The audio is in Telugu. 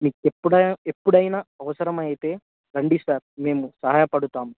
మీకు ఎప్పుడైనా అవసరం అయితే రండి సార్ మేము సహాయపడతాము